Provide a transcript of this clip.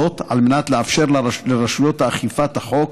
זאת, על מנת לאפשר לרשויות אכיפת החוק